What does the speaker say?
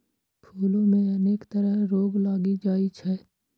फूलो मे अनेक तरह रोग लागि जाइ छै